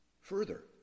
further